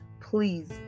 Please